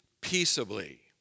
peaceably